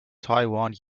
taiwan